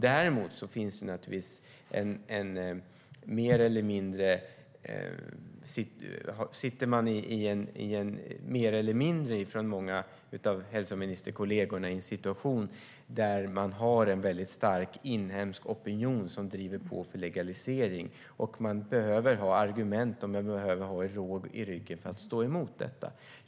Däremot sitter många av hälsoministerkollegorna mer eller mindre i en sits där det finns en stark inhemsk opinion som driver på för legalisering. Man behöver ha argument och råg i ryggen för att stå emot detta.